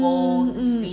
mmhmm hmm